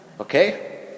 Okay